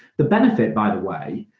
the benefit, by the way,